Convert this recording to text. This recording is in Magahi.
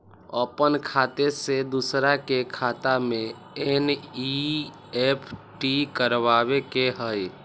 अपन खाते से दूसरा के खाता में एन.ई.एफ.टी करवावे के हई?